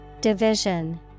Division